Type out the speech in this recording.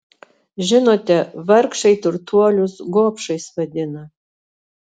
žinote vargšai turtuolius gobšais vadina